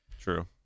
True